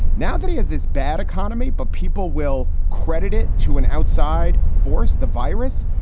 now that he has this bad economy, but people will credit it to an outside force. the virus,